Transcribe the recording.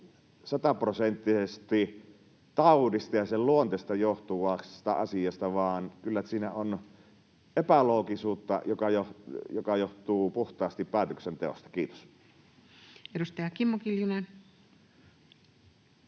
sataprosenttisesti taudista ja sen luonteesta johtuvana asiana, vaan kyllä siinä on epäloogisuutta, joka johtuu puhtaasti päätöksenteosta. — Kiitos. Edustaja Kimmo Kiljunen.